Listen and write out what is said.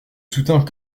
soutint